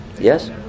Yes